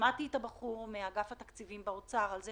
שמעתי את הבחור מאגף התקציבים באוצר מדבר על זה